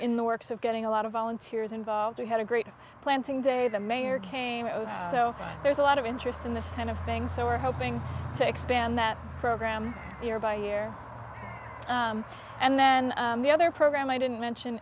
in the works of getting a lot of volunteers involved who had a great planting day the mayor came it was so there's a lot of interest in this kind of thing so we're hoping to expand that program year by year and then the other program i didn't mention